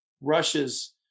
Russia's